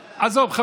עזוב.